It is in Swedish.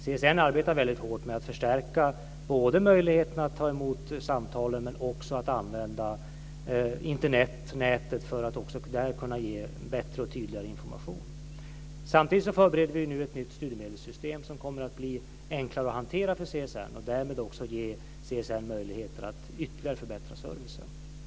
CSN arbetar väldigt hårt både med att förstärka möjligheterna att ta emot samtalen och med att använda Internet för att också därigenom kunna ge bättre och tydligare information. Samtidigt förbereder vi nu ett nytt studiemedelssystem, som kommer att bli enklare för CSN att hantera och som därmed också kommer att ge CSN möjligheter att ytterligare förbättra servicen.